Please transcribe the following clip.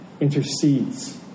intercedes